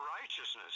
righteousness